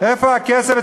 איפה הכסף?